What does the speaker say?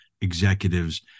executives